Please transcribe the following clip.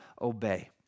obey